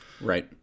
Right